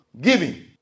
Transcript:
Giving